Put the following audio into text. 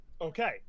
Okay